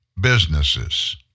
businesses